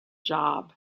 job